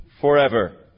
forever